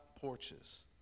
porches